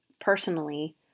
personally